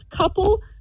couple